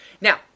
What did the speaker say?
Now